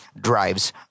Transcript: drives